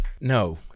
no